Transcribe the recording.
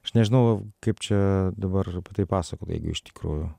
aš nežinau kaip čia dabar tai pasakot jeigu iš tikrųjų